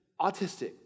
autistic